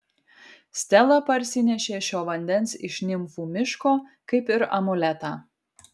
stela parsinešė šio vandens iš nimfų miško kaip ir amuletą